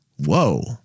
whoa